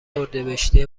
اردیبهشتی